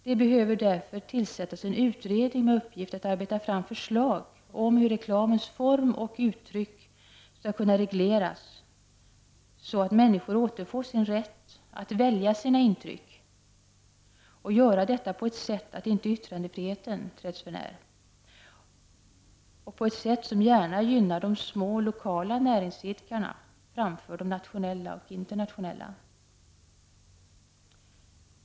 Det behöver därför tillsättas en utredning med uppgift att arbeta fram förslag om hur reklamens form och uttryck skall kunna regleras så att människor återfår sin rätt att välja sina intryck och att göra detta på sådant sätt att inte yttrandefriheten träds för när samt på ett sätt som gärna gynnar de små lokala näringsidkarna framför de nationella och internationella.